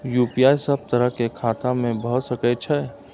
UPI सब तरह के खाता में भय सके छै?